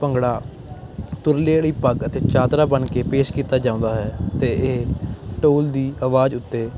ਭੰਗੜਾ ਤੁਰਲੇ ਵਾਲੀ ਪੱਗ ਅਤੇ ਚਾਦਰਾ ਬੰਨ ਕੇ ਪੇਸ਼ ਕੀਤਾ ਜਾਂਦਾ ਹੈ ਅਤੇ ਇਹ ਢੋਲ ਦੀ ਆਵਾਜ਼ ਉੱਤੇ